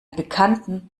bekannten